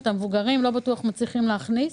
לא בטוח שאת המבוגרים מצליחים להכניס,